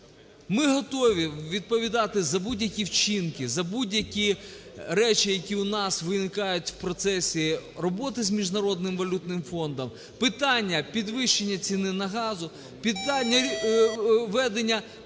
Ми готові відповідати за будь-які вчинки, за будь-які речі, які у нас виникають у процесі роботи з Міжнародним валютним фондом. Питання підвищення ціни на газ, питання введення